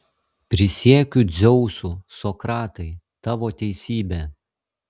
prisiekiu dzeusu sokratai tavo teisybė